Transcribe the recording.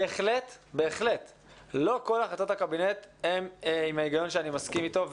בהחלט לא כל החלטות הקבינט הן עם ההיגיון שאני מסכים איתו,